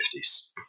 1950s